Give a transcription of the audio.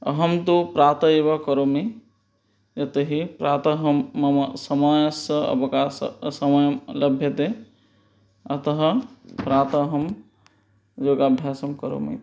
अहं तु प्रातः एव करोमि यतो हि प्रातः अहं मम समयस्स अवकाशः अस् समयः लभ्यते अतः प्रातः अहं योगाभ्यासं करोमीति